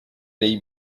dei